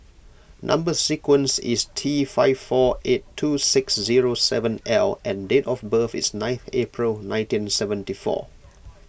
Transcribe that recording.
Number Sequence is T five four eight two six zero seven L and date of birth is ninth April nineteen seventy four